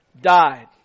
died